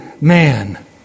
man